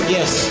Yes